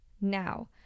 now